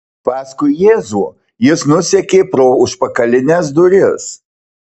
paskui jėzų jis nusekė pro užpakalines duris